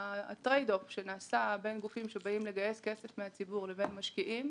הטרייד אוף שנעשה בין גופים שבאים לגייס כסף מהציבור לבין משקיעים